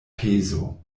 pezo